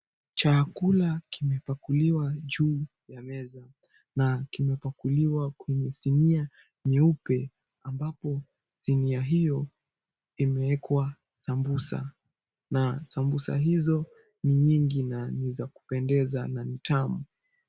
Chakula kimepakuliwa juu ya meza na kimepakuliwa kwenye sinia nyeupe ambapo sinia hiyo imeekwa sambusa na sambusa hizo ni nyingi na ni za kupendeza na ni tamu.